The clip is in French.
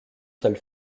seule